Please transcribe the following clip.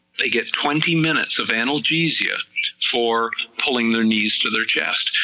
they get twenty minutes of analgesia for pulling their knees to their chest,